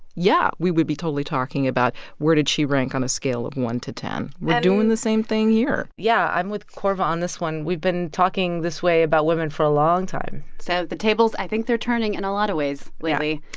yeah, we would be totally talking about where did she rank on a scale of one to ten. we're doing the same thing here yeah. i'm with korva on this one. we've been talking this way about women for a long time so the tables i think they're turning in and a lot of ways. yeah. lately.